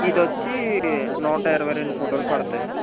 ఇది వచ్చి నూట ఇరవై రెండు ఫోటోలు పడతాయి